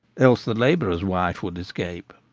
else the labourer's wife would escape.